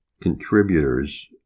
contributors